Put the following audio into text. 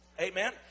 Amen